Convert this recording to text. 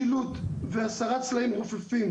שילוט והסרת סלעים רופפים,